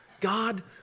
God